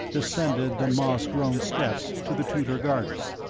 descended the moss-grown steps to the tudor garden.